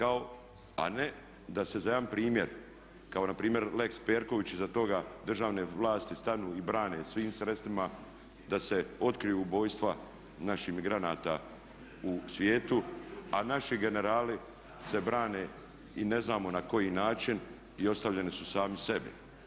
A ne da se za jedan primjer, kao npr. lex Perković i iza toga državne vlasti stanu i brane svim sredstvima, da se otkriju ubojstva naših migranata u svijetu a naši generali se brane i ne znamo na koji način i ostavljeni su sami sebi.